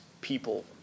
people